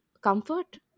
comfort